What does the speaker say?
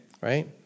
right